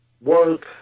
work